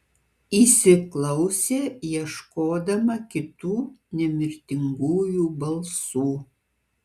įsiklausė ieškodama kitų nemirtingųjų balsų